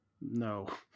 no